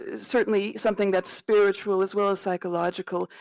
certainly something that's spiritual as well as psychological,